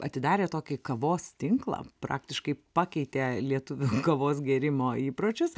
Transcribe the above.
atidarė tokį kavos tinklą praktiškai pakeitė lietuvių kavos gėrimo įpročius